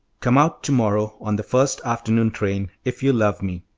come out to-morrow on the first afternoon train, if you love me.